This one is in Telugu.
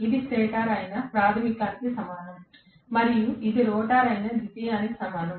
ఇది స్టేటర్ అయిన ప్రాధమికానికి సమానం మరియు ఇది రోటర్ అయిన ద్వితీయానికి సమానం